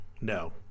No